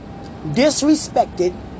disrespected